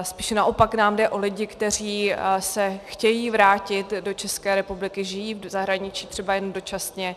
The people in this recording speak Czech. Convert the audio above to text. Spíše naopak nám jde o lidi, kteří se chtějí vrátit do České republiky, žijí v zahraničí třeba jen dočasně.